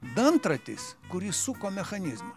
dantratis kuris suko mechanizmą